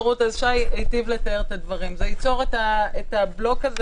שי הטיב לתאר את הדברים אם אין אפשרות - זה ייצור את הבלוק הזה.